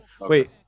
Wait